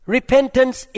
Repentance